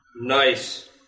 Nice